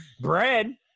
bread